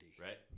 right